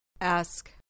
Ask